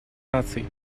наций